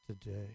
today